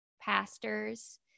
pastors